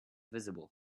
visible